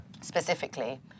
Specifically